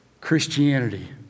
Christianity